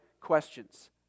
questions